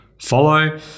follow